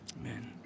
Amen